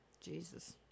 Jesus